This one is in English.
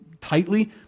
tightly